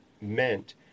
meant